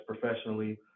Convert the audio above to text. professionally